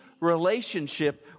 relationship